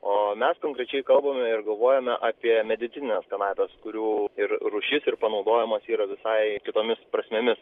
o mes konkrečiai kalbame ir galvojame apie medicinines kanapes kurių ir rūšis ir panaudojimas yra visai kitomis prasmėmis